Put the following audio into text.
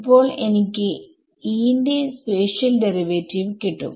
ഇപ്പോൾ എനിക്ക് ന്റെ സ്പേഷിയൽ ഡെറിവാറ്റീവ് കിട്ടും